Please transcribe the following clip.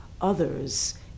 others